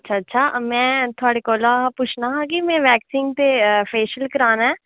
अच्छा अच्छा में थुआढ़े कोलां पुच्छना हा कि में वैक्सिंग ते फेशियल कराना ऐ